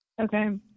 Okay